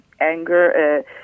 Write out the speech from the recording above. anger